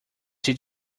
did